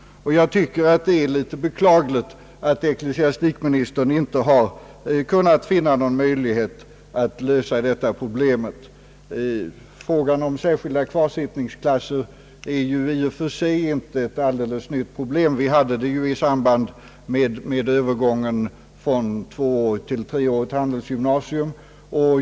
Jag tycker det är litet beklagligt att ecklesiastikministern inte har kun nat finna någon möjlighet att lösa detta problem. Frågan om särskilda kvarsittningsklasser är ju i och för sig inte ett alldeles nytt problem, Vi hade det ju uppe i samband med övergången från tvåårigt till treårigt handelsgymnasium.